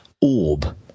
Orb